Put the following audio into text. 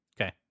Okay